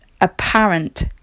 apparent